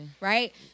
Right